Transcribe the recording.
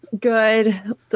Good